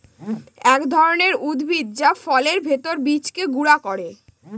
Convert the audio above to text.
এক ধরনের উদ্ভিদ যা ফলের ভেতর বীজকে গুঁড়া করে